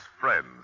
friends